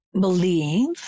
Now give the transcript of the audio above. believe